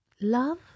Love